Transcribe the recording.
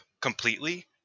completely